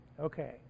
Okay